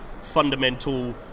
fundamental